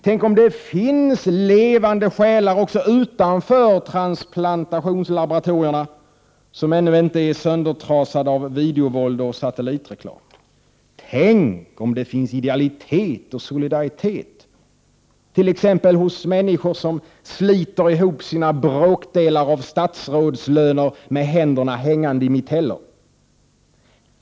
Tänk om det finns levande själar också utanför transplantationslaboratorierna, som ännu inte är söndertrasade av videovåld och satellitreklam. Tänk om det finns idealitet och solidaritet hos t.ex. människor som sliter ihop sina bråkdelar av statsrådslöner med händerna hängande i mitellor.